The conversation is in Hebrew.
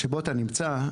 שבו אתה נמצא,